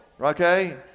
okay